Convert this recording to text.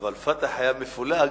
אבל "פתח" היה מפולג